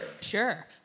Sure